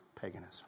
paganism